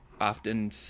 often